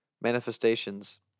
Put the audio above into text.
manifestations